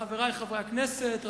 חברי חברי הכנסת,